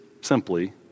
simply